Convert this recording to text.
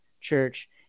church